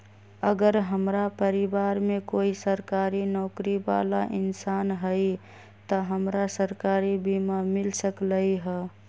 अगर हमरा परिवार में कोई सरकारी नौकरी बाला इंसान हई त हमरा सरकारी बीमा मिल सकलई ह?